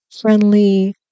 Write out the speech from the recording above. friendly